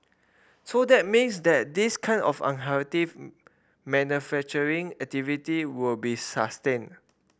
so that means that this kind of unhealthy manufacturing activity will be sustained